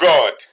God